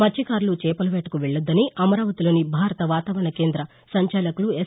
మత్స్టకారులు చేపల వేటకు వెల్లొద్దని అమరావతిలోని భారత వాతావరణ కేంద్ర సంచాలకులు ఎస్